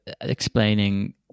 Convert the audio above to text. explaining